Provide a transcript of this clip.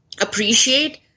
appreciate